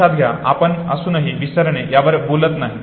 लक्षात घ्या आपण अजूनही विसरणे यावर बोलत नाही